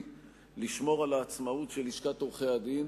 לשמור על העצמאות של לשכת עורכי-הדין